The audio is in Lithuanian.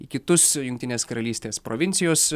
į kitus jungtinės karalystės provincijos